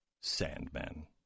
Sandman